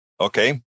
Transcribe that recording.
Okay